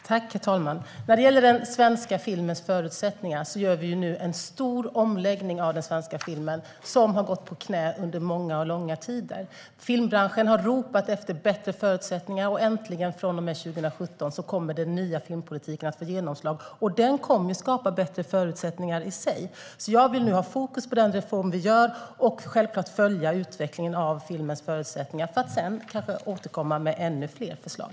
Herr talman! När det gäller den svenska filmens förutsättningar gör vi nu en stor omläggning av svensk film, som har gått på knä under långa tider. Filmbranschen har ropat efter bättre förutsättningar. Från och med 2017 kommer den nya filmpolitiken äntligen att få genomslag, och den kommer i sig att skapa bättre förutsättningar. Jag vill nu ha fokus på den reform vi gör, men jag följer självklart utvecklingen av filmens förutsättningar för att senare kanske återkomma med ännu fler förslag.